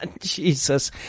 Jesus